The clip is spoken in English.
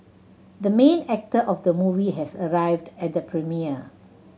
the main actor of the movie has arrived at the premiere